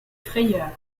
frayeurs